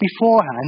beforehand